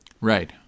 Right